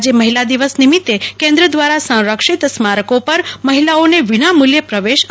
આજે મહિલા દિવસ નિમિત્તે કેન્દ્ર દ્વારા સંરક્ષિત સ્મારકો પર મહિલાઓને વિનામુલ્યે પ્રવેશ અપાશે